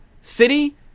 city